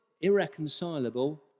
irreconcilable